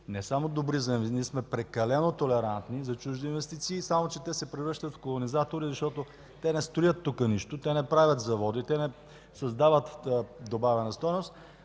не само добри за инвеститорите, ние сме прекалено толерантни за чужди инвестиции, само че те се превръщат в колонизатори, защото те не строят тук нищо, не правят заводи, не създават добавена стойност,